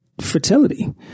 fertility